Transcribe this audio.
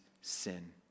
sin